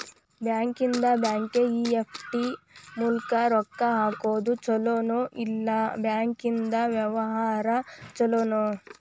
ಬ್ಯಾಂಕಿಂದಾ ಬ್ಯಾಂಕಿಗೆ ಇ.ಎಫ್.ಟಿ ಮೂಲ್ಕ್ ರೊಕ್ಕಾ ಹಾಕೊದ್ ಛಲೊನೊ, ಇಲ್ಲಾ ಬ್ಯಾಂಕಿಂದಾ ವ್ಯವಹಾರಾ ಛೊಲೊನೊ?